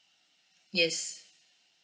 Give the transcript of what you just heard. yes